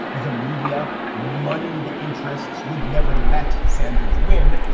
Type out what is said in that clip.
the media, moneyed interests would never let sanders win.